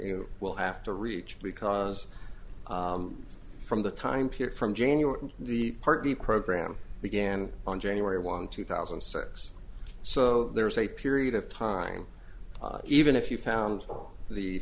you will have to reach because from the time period from january when the party program began on january one two thousand and six so there was a period of time even if you found the